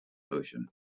ocean